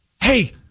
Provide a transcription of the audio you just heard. Hey